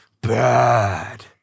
bad